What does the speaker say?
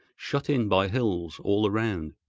shut in by hills all around.